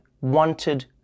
wanted